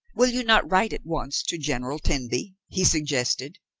will you not write at once to general tenby? he suggested.